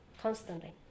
constantly